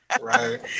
Right